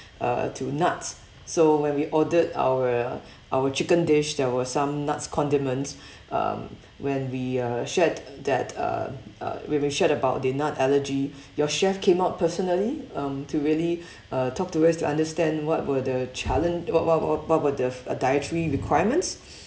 uh to nuts so when we ordered our our chicken dish there were some nuts condiments um when we uh shared that uh uh when we shared about the nut allergy your chef came out personally um to really uh talk to us to understand what were the challenge what what what were the uh dietary requirements